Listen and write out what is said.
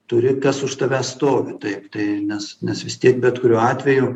turi kas už tave stovi taip tai nes nes vis tiek bet kuriuo atveju